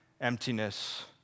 emptiness